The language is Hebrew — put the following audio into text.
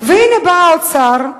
והנה בא האוצר,